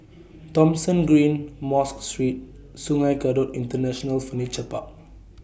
Thomson Green Mosque Street Sungei Kadut International Furniture Park